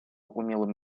умелым